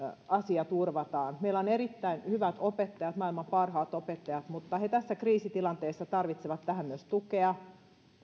asia turvataan meillä on erittäin hyvät opettajat maailman parhaat opettajat mutta he tässä kriisitilanteessa tarvitsevat myös tukea